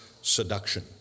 seduction